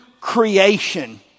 creation